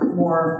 more